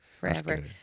forever